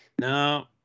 no